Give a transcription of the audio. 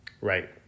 Right